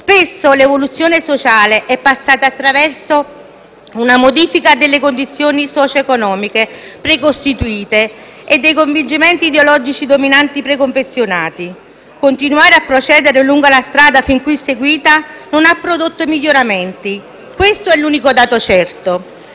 Spesso l'evoluzione sociale è passata attraverso una modifica delle condizioni socio-economiche precostituite e dei convincimenti ideologici dominanti preconfezionati. Continuare a procedere lungo la strada fin qui seguita non ha prodotto miglioramenti; questo è l'unico dato certo.